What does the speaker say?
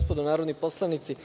Bogdanović,